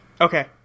Okay